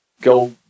go